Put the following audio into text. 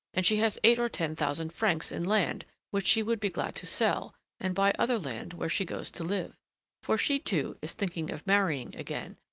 and she has eight or ten thousand francs in land which she would be glad to sell, and buy other land where she goes to live for she, too, is thinking of marrying again,